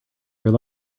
your